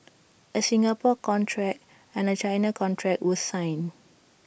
A Singapore contract and A China contract were signed